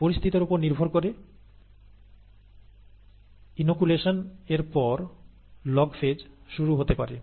পরিস্থিতির ওপর নির্ভর করে ইনোকুলেশন এর পর লগফেজ শুরু হতে পারে